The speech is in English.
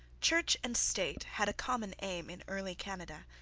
church and state had a common aim in early canada.